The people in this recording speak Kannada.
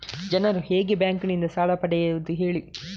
ಜನರು ಹೇಗೆ ಬ್ಯಾಂಕ್ ನಿಂದ ಸಾಲ ಪಡೆಯೋದು ಹೇಳಿ